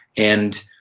and